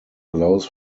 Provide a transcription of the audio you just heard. allows